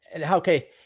Okay